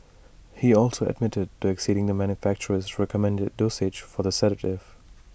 he also admitted to exceeding the manufacturer's recommended dosage for the sedative